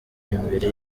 imbere